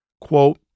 Quote